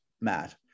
Matt